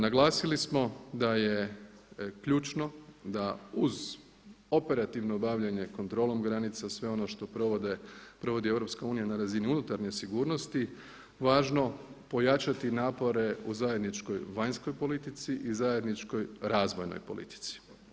Naglasili smo da je ključno da uz operativno obavljanje kontrolom granica, sve ono što provodi EU na razini unutarnje sigurnosti važno pojačati napore u zajedničkoj vanjskoj politici i zajedničkoj razvojnoj politici.